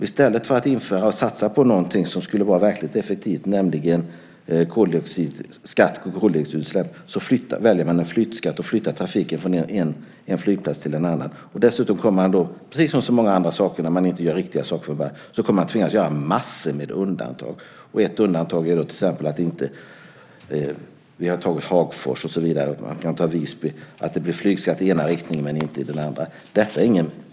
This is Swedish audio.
I stället för att införa och satsa på någonting som skulle vara verkligt effektivt, nämligen skatt på koldioxidutsläpp flyttar man på grund av en flygskatt flygtrafiken från en flygplats till en annan. Dessutom kommer man, precis som man får göra när man inte gör det riktigt från början, att tvingas att göra massor med undantag. Vi har pratat som Hagfors, jag kan nämna Visby där det till exempel kan bli flygskatter i den ena riktningen men inte i den andra.